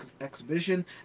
exhibition